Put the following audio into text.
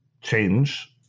change